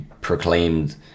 proclaimed